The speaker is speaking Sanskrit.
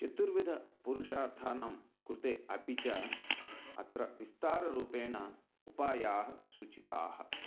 चतुर्विधपुरुषार्थानां कृते अपि च अत्र विस्ताररूपेण उपायाः सूचिताः